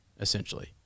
essentially